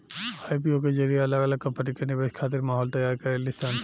IPO के जरिए अलग अलग कंपनी निवेश खातिर माहौल तैयार करेली सन